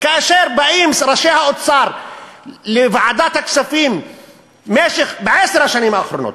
כאשר באים ראשי האוצר לוועדת הכספים בעשר השנים האחרונות,